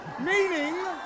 Meaning